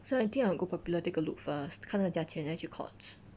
so I think I will go Popular take a look first 看那个价钱 then 去 Courts